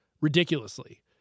ridiculously